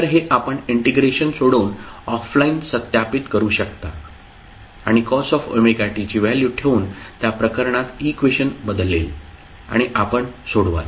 तर हे आपण इंटिग्रेशन सोडवून ऑफलाइन सत्यापित करू शकता आणि cos ωt ची व्हॅल्यू ठेवून त्या प्रकरणात इक्वेशन बदलेल आणि आपण सोडवाल